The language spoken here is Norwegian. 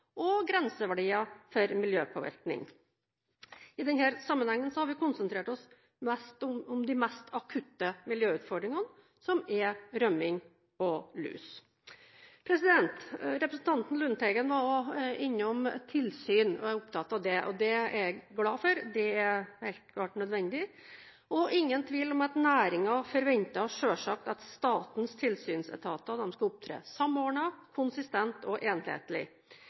og grenseverdier for miljøpåvirkning. I denne sammenhengen har vi konsentrert oss om de mest akutte miljøutfordringene, som er rømming og lus. Representanten Lundteigen var også innom tilsyn og var opptatt av det. Det er jeg glad for. Det er helt klart nødvendig. Det er ingen tvil om at næringen selvsagt forventer at statens tilsynsetater skal opptre samordnet, konsistent og enhetlig.